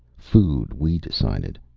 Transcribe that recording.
food, we decided.